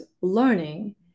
learning